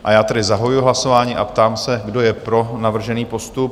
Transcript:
A já tedy zahajuji hlasování a ptám se, kdo je pro navržený postup?